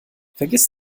vergiss